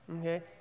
okay